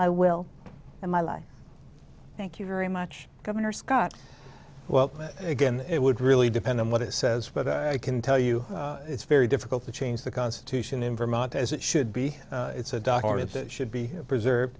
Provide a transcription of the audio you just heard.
my will and my life thank you very much governor scott well again it would really depend on what it says but i can tell you it's very difficult to change the constitution in vermont as it should be it's a doctor it should be preserved